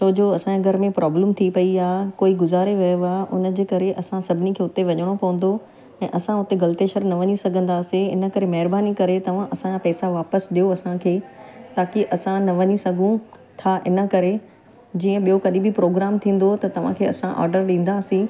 छोजो असांजे घर में प्रॉब्लम थी पई आहे कोई गुज़ारे वियो आहे उनजे करे असां सभिनी खे हुते वञणो पवंदो ऐं असां उते गल्तेशवर न वञी सघंदासीं इन करे महिरबानी करे तव्हां असांजा पैसा वापसि ॾियो असांखे ताकी असां न वञी सघूं था इन करे जीअं ॿियों कॾहिं बि प्रोग्राम थींदो त तव्हांखे असां ऑडर ॾींदासी